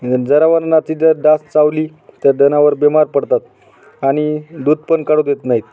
जनावरांना जर डास चावले तर जनावर बिमार पडतात आणि दूध पण काढू देत नाहीत